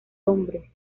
hombre